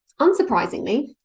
unsurprisingly